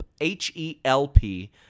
H-E-L-P